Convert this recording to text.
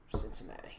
Cincinnati